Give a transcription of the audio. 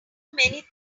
many